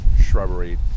shrubbery